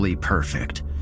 perfect